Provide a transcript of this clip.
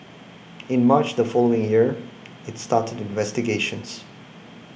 in March the following year it started investigations